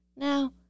Now